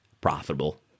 profitable